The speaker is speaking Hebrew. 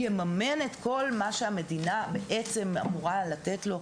יממן את כל מה שהמדינה בעצם אמורה לתת לו?